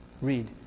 Read